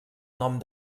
nom